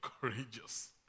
courageous